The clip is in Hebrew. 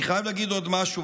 אני חייב להגיד עוד משהו,